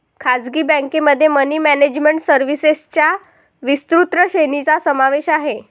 खासगी बँकेमध्ये money management सर्व्हिसेसच्या विस्तृत श्रेणीचा समावेश आहे